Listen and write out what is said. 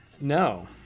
No